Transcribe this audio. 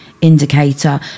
indicator